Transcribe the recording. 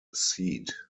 seat